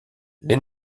les